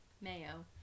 Mayo